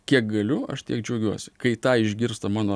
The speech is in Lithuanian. kiek galiu aš tiek džiaugiuosi kai tą išgirsta mano